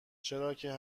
چراکه